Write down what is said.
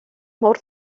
mor